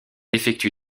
effectue